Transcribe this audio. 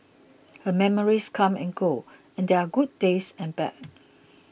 her memories come and go and there are good days and bad